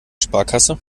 sparkasse